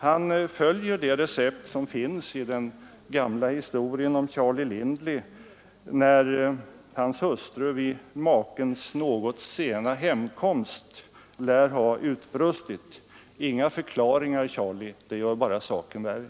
Han följer det recept som finns i den gamla historien om Charles Lindley vars hustru vid makens något sena hemkomst lär ha utbrustit: ”Inga förklaringar, Charlie, det gör bara saken värre!